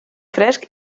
fresc